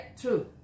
true